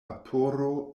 vaporo